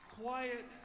quiet